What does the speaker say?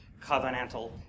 covenantal